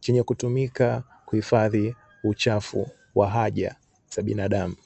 chenye kutumika kuhifadhi uchafu wa haja za binadamu.